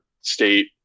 state